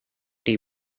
bone